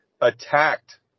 attacked